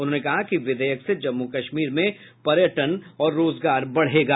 उन्होंने कहा कि विधेयक से जम्मू कश्मीर में पर्यटन और रोजगार बढ़ेगा